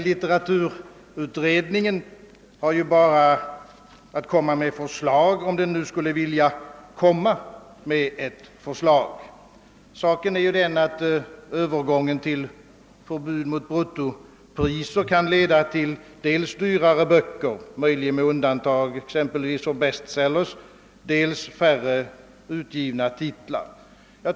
Litteraturutredningen har bara att lägga fram förslag, om den nu skulle vilja göra det. Saken är den, att övergången till förbud mot bruttopriser kan leda till dels dyrare böcker — möjligen med undantag exempelvis för bestsellers —, dels färre utgivna titlar.